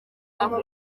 avuga